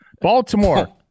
Baltimore